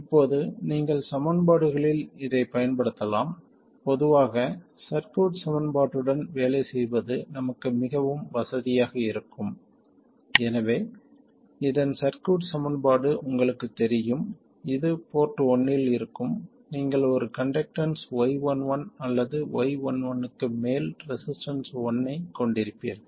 இப்போது நீங்கள் சமன்பாடுகளில் இதைப் பயன்படுத்தலாம் பொதுவாக சர்க்யூட் சமன்பாட்டுடன் வேலை செய்வது நமக்கு மிகவும் வசதியாக இருக்கும் எனவே இதன் சர்க்யூட் சமன்பாடு உங்களுக்குத் தெரியும் இது போர்ட் 1 இல் இருக்கும் நீங்கள் ஒரு கண்டக்டன்ஸ் y11 அல்லது y11க்கு மேல் ரெசிஸ்டன்ஸ் 1 ஐக் கொண்டிருப்பீர்கள்